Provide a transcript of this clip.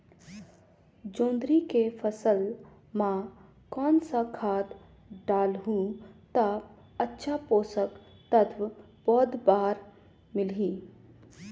जोंदरी के फसल मां कोन सा खाद डालहु ता अच्छा पोषक तत्व पौध बार मिलही?